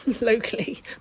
locally